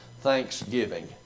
Thanksgiving